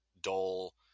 dull